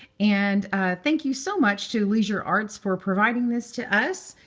and thank you so much to leisure arts for providing this to us.